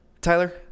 Tyler